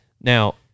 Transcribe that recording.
Now